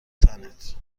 تنت